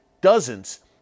dozens